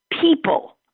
People